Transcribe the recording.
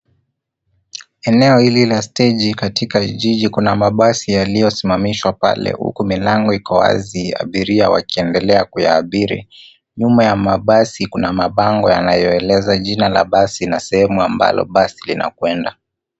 Eneo hili la steji katika jiji kuna mabasi yaliyosimamishwa pale, huku milango iko wazi abiria wakiendelea kuabiri. Nyuma ya mabasi kuna mabango yanayoeleza jina la basi na sehemu abalo basi linakwenda.